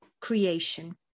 creation